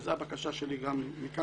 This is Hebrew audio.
וזאת הבקשה שלי גם מכאן,